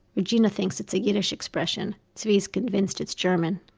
regina things it's a yiddish expression. zvi's convinced it's german.